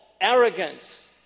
arrogance